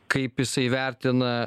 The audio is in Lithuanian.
kaip jisai vertina